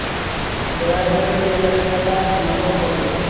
দয়া করে এই তালিকাটা ধ্বংস করো